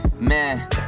Man